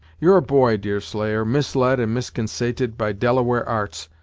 you're a boy, deerslayer, misled and misconsaited by delaware arts,